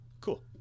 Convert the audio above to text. Cool